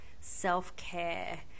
self-care